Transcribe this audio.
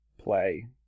play